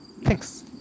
Thanks